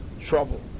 trouble